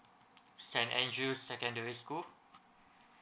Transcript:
saint andrew secondary school